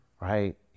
right